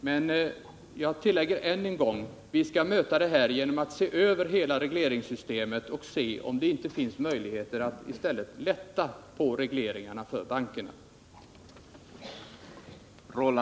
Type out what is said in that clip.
Men jag tillägger än en gång: Vi skall möta detta genom att se över hela regleringssystemet för att se om det inte finns möjligheter att i stället lätta på regleringarna för bankerna.